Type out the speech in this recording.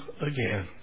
again